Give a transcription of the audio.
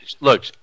look